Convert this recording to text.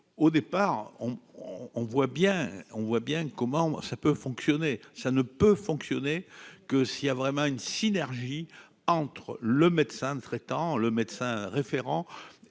voit bien, on voit bien comment ça peut fonctionner, ça ne peut fonctionner que s'il y a vraiment une synergie entre le médecin traitant le médecin référent